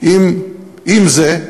עם זה,